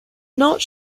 not